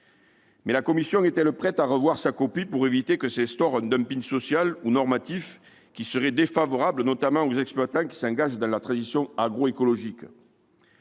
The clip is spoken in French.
Mais la Commission est-elle prête à revoir sa copie pour éviter que ne s'instaure un dumping social ou normatif, lequel serait notamment défavorable aux exploitants qui s'engagent dans la transition agroécologique ?